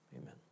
amen